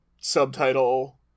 subtitle